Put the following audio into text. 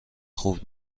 خوب